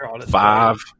five